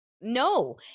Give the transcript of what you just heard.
No